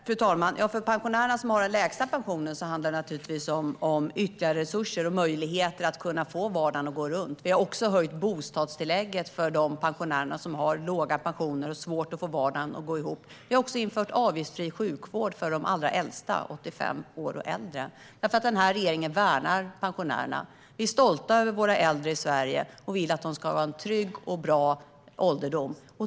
Fru talman! För de pensionärer som har den lägsta pensionen handlar det naturligtvis om ytterligare resurser och möjligheter att få vardagen att gå runt. Vi har också höjt bostadstillägget för de pensionärer som har låga pensioner och svårt att få vardagen att gå ihop. Vi har också infört avgiftsfri sjukvård för de allra äldsta, de som är 85 år och äldre. Den här regeringen värnar om pensionärerna. Vi är stolta över våra äldre i Sverige, och vi vill att de ska ha en trygg och bra ålderdom.